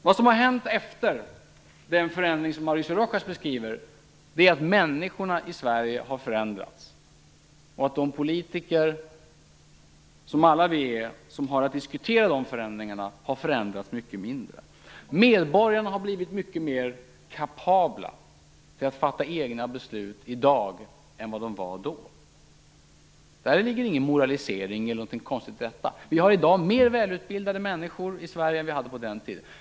Vad som har hänt efter den förändring som Mauricio Rojas beskriver är att människorna i Sverige har förändrats och att de politiker - som vi alla är - som har att diskutera de förändringarna har förändrats mycket mindre. Medborgarna har blivit mycket mer kapabla att fatta egna beslut i dag än vad de var då. Det ligger ingen moralisering eller någonting konstigt i detta. Vi har i dag mer välutbildade människor i Sverige än vad vi hade på den tiden.